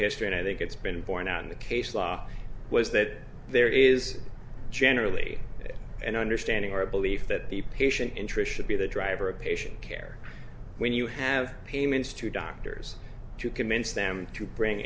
history and i think it's been borne out in the case law was that there is generally an understanding or a belief that the patient interest should be the driver of patient care when you have payments to doctors to convince them to bring